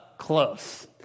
close